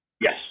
Yes